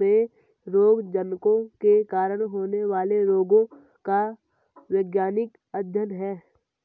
में रोगजनकों के कारण होने वाले रोगों का वैज्ञानिक अध्ययन है